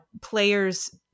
players